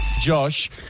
Josh